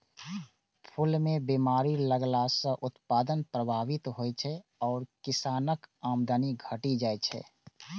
फूल मे बीमारी लगला सं उत्पादन प्रभावित होइ छै आ किसानक आमदनी घटि जाइ छै